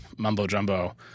mumbo-jumbo